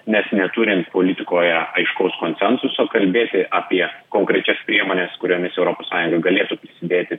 nes neturint politikoje aiškaus konsensuso kalbėti apie konkrečias priemones kuriomis europos sąjunga galėtų prisidėti